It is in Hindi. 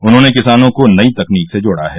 उन्होंने किसानों को नयी तकनीक से जोड़ा है